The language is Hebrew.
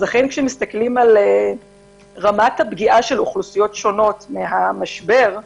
כשמסתכלים על רמת הפגיעה של אוכלוסיות שונות מהמשבר,